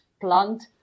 plant